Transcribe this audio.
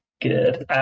Good